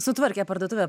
sutvarkė parduotuvę